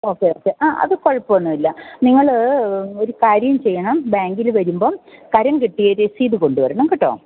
okay okay ആ അത് കുഴപ്പമൊന്നുമില്ല നിങ്ങൾ ഒരു കാര്യം ചെയ്യണം ബാങ്കിൽ വരുമ്പം കരം കെട്ടിയ രസീത് കൊണ്ടു വരണം കേട്ടോ